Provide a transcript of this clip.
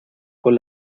con